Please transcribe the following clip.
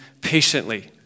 patiently